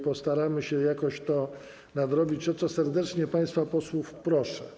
Postaramy się jakoś to nadrobić, o co serdecznie państwa posłów proszę.